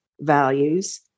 values